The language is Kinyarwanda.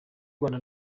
rwanda